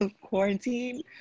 quarantine